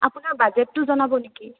আপোনাৰ বাজেতটো জনাব নেকি